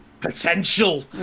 Potential